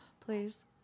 Please